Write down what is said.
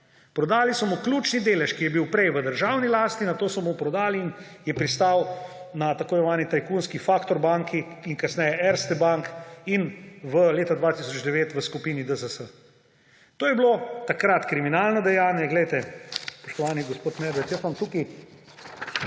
Prodali so mu ključni delež, ki je bil prej v državni lasti. Nato so mu prodali in je pristal na tako imenovani tajkunski Factor banki in kasneje Erste Bank in leta 2009 v skupini DZS. To je bilo takrat kriminalno dejanje. Spoštovani gospod Medved, jaz imam tukaj